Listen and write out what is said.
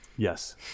Yes